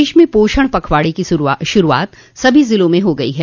प्रदेश में पोषण पखवाड़े की शुरुआत सभी जिलों में हो गई है